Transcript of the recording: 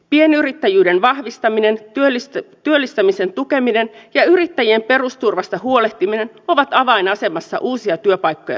pienyrittäjyyden vahvistaminen työllistämisen tukeminen ja yrittäjien perusturvasta huolehtiminen ovat avainasemassa uusia työpaikkoja synnytettäessä